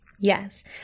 Yes